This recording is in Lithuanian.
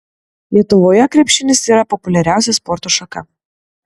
lietuvoje krepšinis yra populiariausia sporto šaka